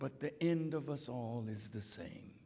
but the end of us all is the same